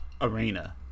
arena